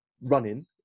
running